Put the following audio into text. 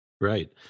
right